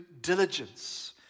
Diligence